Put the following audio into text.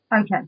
Okay